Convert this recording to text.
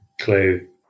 clue